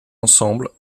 ensemble